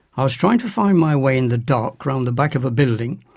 i was trying to find my way in the dark round the back of a building,